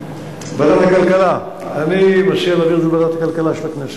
אני מציע להעביר את זה לוועדת הכלכלה של הכנסת.